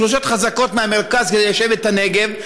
אוכלוסיות חזקות מהמרכז כדי ליישב את הנגב,